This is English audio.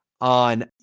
on